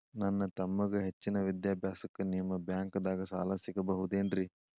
ನನ್ನ ತಮ್ಮಗ ಹೆಚ್ಚಿನ ವಿದ್ಯಾಭ್ಯಾಸಕ್ಕ ನಿಮ್ಮ ಬ್ಯಾಂಕ್ ದಾಗ ಸಾಲ ಸಿಗಬಹುದೇನ್ರಿ?